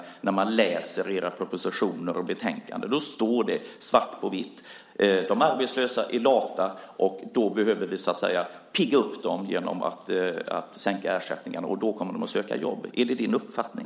Det ser man när man läser era propositioner och betänkanden. Där står svart på vitt att de arbetslösa är lata och att vi behöver pigga upp dem genom att sänka ersättningen. Då kommer de att söka jobb. Är det din uppfattning?